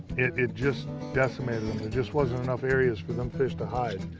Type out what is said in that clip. it just decimated them. there just wasn't enough areas for them fish to hide.